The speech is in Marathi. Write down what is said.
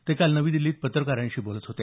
ते काल दिल्लीत पत्रकारांशी बोलत होते